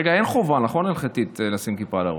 רגע, אין חובה, נכון, הלכתית לשים כיפה על הראש?